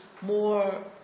more